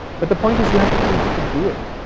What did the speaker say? but the point is you have the freedom to do it,